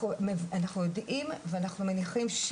אנחנו יודעים ואנחנו מניחים,